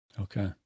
Okay